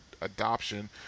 adoption